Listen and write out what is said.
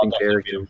character